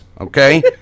okay